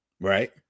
right